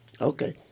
Okay